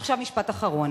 עכשיו משפט אחרון.